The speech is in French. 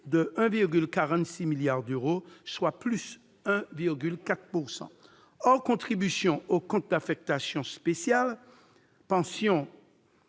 de 1,46 milliard d'euros, soit en hausse de 1,4 %. Hors contribution au compte d'affectation spéciale « Pensions